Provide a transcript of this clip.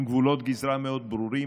עם גבולות גזרה מאוד ברורים,